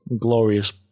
glorious